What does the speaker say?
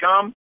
come